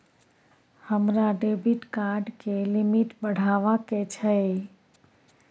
हमरा debit card के limit बढावा के छै